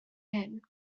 hyn